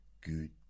Good